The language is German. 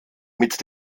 mit